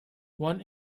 one